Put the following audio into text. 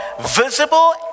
visible